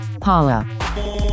Paula